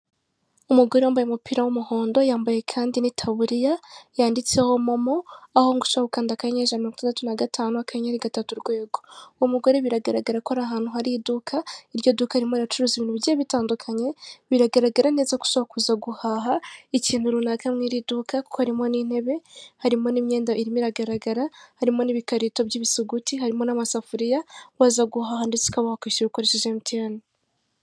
Umugore wambaye umupira w'umuhondo yambaye kandi n'itaburiya yanditseho momo aho ushobora gukanda; akanyenyeri ijana na mirongo itandatu na gatanu akanyenyeri, gatatu, urwego. Umugore biragaragara ko ari ahantu hari iduka iryo duka arimo aracuruza mu bice bitandukanye biragaragara neza ko ushobora kuza guhaha ikintu runaka mu iri duka, kuko harimo n'intebe harimo n'imyenda irimo iragaragara harimo n'ibikarito by'ibisuguti harimo n'amasafuriya waza guhaha ndetse ukaba wakwishyura ukoresheje mtn.